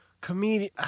comedian